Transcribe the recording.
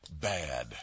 bad